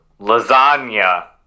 Lasagna